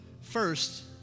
first